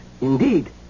indeed